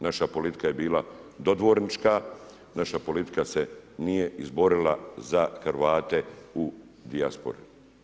Naša politika je bila dodvornička, naša politika se nije izborila za Hrvate u dijaspori.